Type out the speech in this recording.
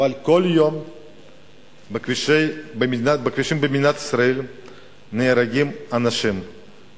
אבל בכבישים במדינת ישראל נהרגים אנשים כל יום,